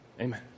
Amen